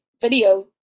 video